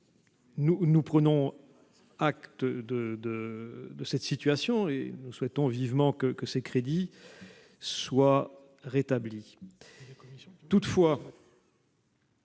Nous prenons acte de cette situation et souhaitons vivement que ses crédits soient rétablis.